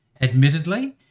admittedly